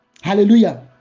Hallelujah